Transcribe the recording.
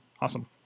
awesome